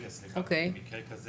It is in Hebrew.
סליחה, במקרה כזה